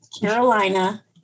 Carolina